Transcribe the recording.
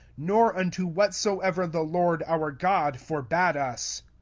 nor unto whatsoever the lord our god forbad us.